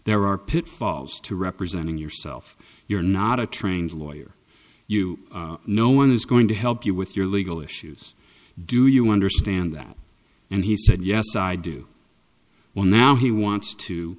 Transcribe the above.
there are pitfalls to representing yourself you're not a trained lawyer you know one is going to help you with your legal issues do you understand that and he said yes i do well now he wants to